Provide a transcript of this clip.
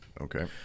Okay